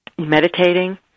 meditating